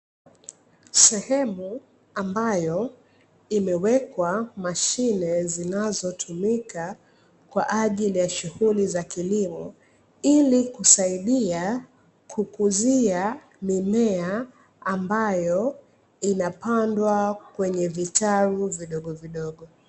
Sehemu ambayo imewekwa mashine zinazotumika kwa ajili ya shughuli za kilimo, ili kusaidia kukuzia mimea ambayo inapandwa kwenye vitalu vidogovidogo.